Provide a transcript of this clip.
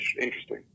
interesting